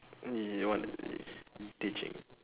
teaching